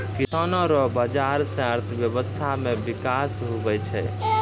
किसानो रो बाजार से अर्थव्यबस्था मे बिकास हुवै छै